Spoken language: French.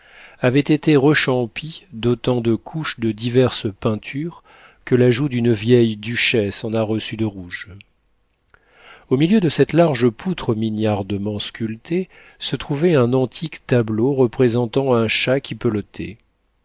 avait été rechampie d'autant de couches de diverses peintures que la joue d'une vieille duchesse en a reçu de rouge au milieu de cette large poutre mignardement sculptée se trouvait un antique tableau représentant un chat qui